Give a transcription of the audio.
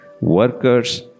workers